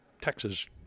Texas